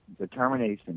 determination